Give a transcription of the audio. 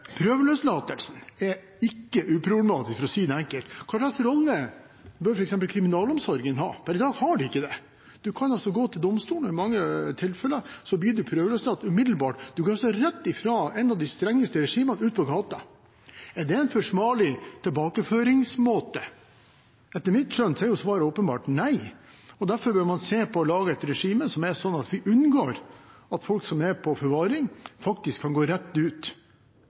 er ikke uproblematisk, for å si det enkelt. Hva slags rolle bør f.eks. kriminalomsorgen ha? Per i dag har de ikke noen. Man kan gå til domstolen, og i mange tilfeller blir man prøveløslatt umiddelbart. Man kan altså gå rett fra et av de strengeste regimene og ut på gaten. Er det en forsvarlig tilbakeføringsmåte? Etter mitt skjønn er svaret åpenbart nei. Derfor bør man se på og lage et regime som er slik at vi unngår at folk som er på forvaring, kan gå rett ut.